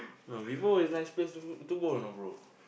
no Vivo is nice place to to go know bro